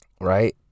right